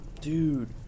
Dude